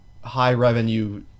high-revenue